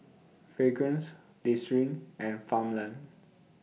Fragrance Listerine and Farmland